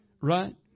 Right